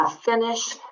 finish